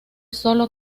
sólo